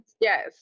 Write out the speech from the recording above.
Yes